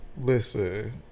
Listen